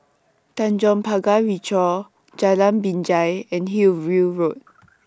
Tanjong Pagar Ricoh Jalan Binjai and Hillview Road